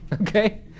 okay